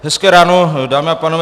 Hezké ráno, dámy a pánové.